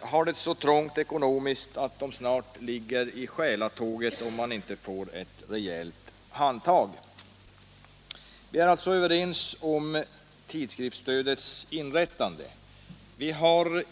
har det så trångt ekonomiskt att de snart ligger i själatåget om de inte får ett rejält handtag. Vi är alltså överens om tidskriftsstödets inrättande.